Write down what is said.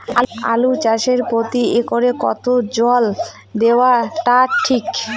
আলু চাষে প্রতি একরে কতো জল দেওয়া টা ঠিক?